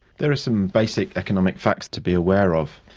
there are some basic economic facts to be aware of,